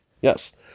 Yes